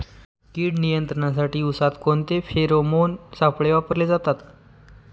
कीड नियंत्रणासाठी उसात कोणते फेरोमोन सापळे वापरले जातात?